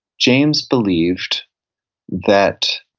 james believed that,